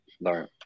learn